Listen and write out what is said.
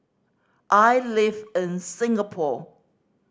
I live in Singapore